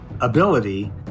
ability